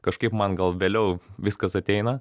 kažkaip man gal vėliau viskas ateina